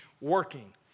working